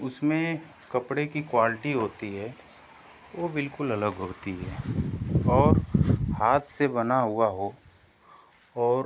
उसमें कपड़े की क्वाल्टी होती है वो बिल्कुल अलग होती है और हाथ से बना हुआ हो और